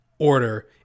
order